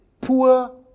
Poor